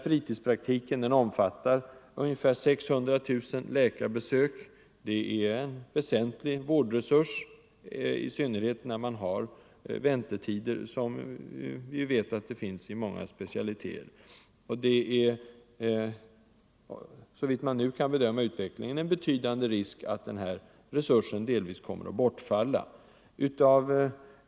Fritidspraktiken omfattar ungefär 600 000 läkarbesök, och det är en väsentlig vårdresurs — i synnerhet med tanke på väntetiderna inom vissa specialiteter. Såvitt man nu kan bedöma utvecklingen, är det en betydande risk för att den här resursen delvis kommer att bortfalla.